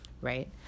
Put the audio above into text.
right